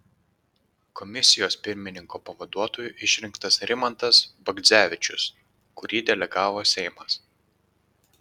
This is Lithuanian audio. komisijos pirmininko pavaduotoju išrinktas rimantas bagdzevičius kurį delegavo seimas